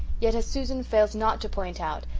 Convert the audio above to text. yet, as susan fails not to point out,